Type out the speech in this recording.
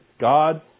God